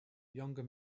younger